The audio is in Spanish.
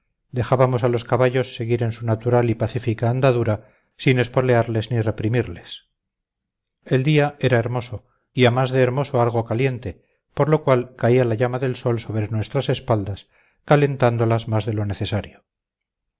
dejábamos a los caballos seguir en su natural y pacífica andadura sin espolearles ni reprimirles el día era hermoso y a más de hermoso algo caliente por lo cual caía la llama del sol sobre nuestras espaldas calentándolas más de lo necesario